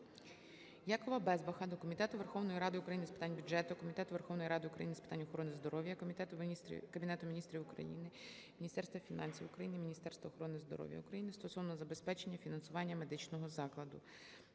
Якова Безбаха до Комітету Верховної Ради України з питань бюджету, Комітету Верховної Ради України з питань охорони здоров'я, Кабінету Міністрів України, Міністерства фінансів України, Міністерства охорони здоров'я України стосовно забезпечення фінансування медичного закладу.